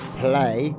play